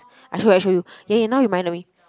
I show you I show you K K now you mind let me